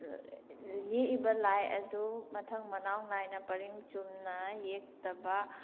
ꯌꯦꯛꯏꯕ ꯂꯥꯏ ꯑꯗꯨ ꯃꯊꯪ ꯃꯅꯥꯎ ꯅꯥꯏꯅ ꯄꯔꯤꯡ ꯆꯨꯝꯅ ꯌꯦꯛꯇꯕ